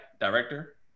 director